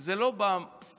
זה לא בא סתם.